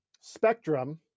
spectrum